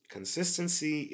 Consistency